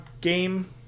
game